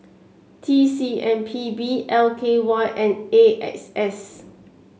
T C M P B L K Y and A X S